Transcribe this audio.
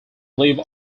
live